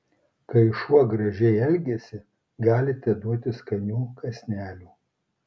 kai šuo gražiai elgiasi galite duoti skanių kąsnelių